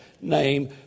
name